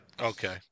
Okay